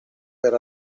per